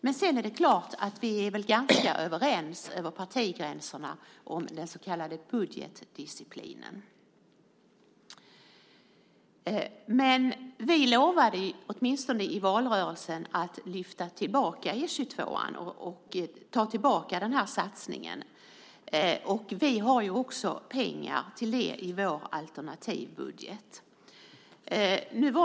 Men det är väl klart att vi är ganska överens över partigränserna om den så kallade budgetdisciplinen. Vi lovade åtminstone i valrörelsen att lyfta tillbaka pengarna till E 22:an och ta tillbaka satsningen. Vi har också pengar till det i vår alternativbudget.